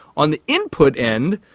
on the input end,